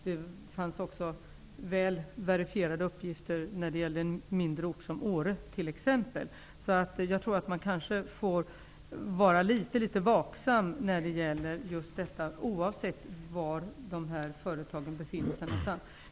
Det finns väl verifierade uppgifter om detta även när det gäller mindre orter, såsom t.ex. Åre. Jag tror att man i detta avseende kanske måste vara litet vaksam oavsett var dessa företag är belägna.